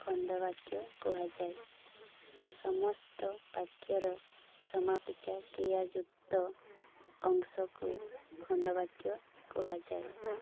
ଖଣ୍ଡବାକ୍ୟ କୁହାଯାଏ ସମସ୍ତ ବାକ୍ୟର ସମାପିକା କ୍ରିୟା ଯୁକ୍ତ ଅଂଶକୁ ଖଣ୍ଡବାକ୍ୟ କୁହାଯାଏ